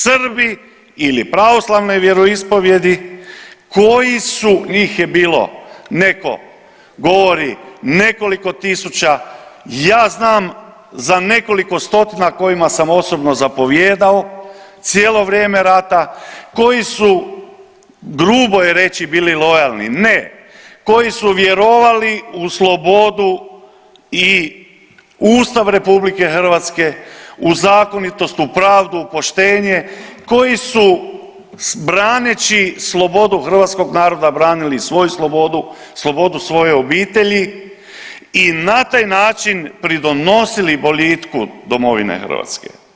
Srbi ili pravoslavne vjeroispovijedi koji su, njih je bilo, netko govori nekoliko tisuća, ja znam za nekoliko stotina kojima sam osobno zapovijedao, cijelo vrijeme rata, koji su, grubo je reći, bili lojalni, ne, koji su vjerovali u slobodu i Ustav RH, u zakonitost, u pravdu, u poštenje, koji su braneći slobodu hrvatskog naroda branili i svoju slobodu, slobodu svoje obitelji i na taj način pridonosili boljitku domovine Hrvatske.